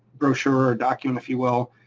brochure or document, if you will,